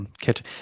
catch